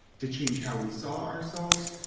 to change how we saw ourselves,